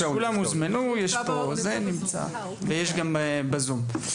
יש פה זה נמצא ויש גם בזום.